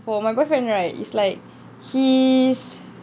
for my boyfriend right it's like his